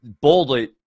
boldly